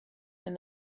and